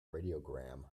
radiogram